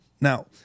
Now